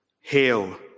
Hail